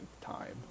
time